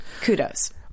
kudos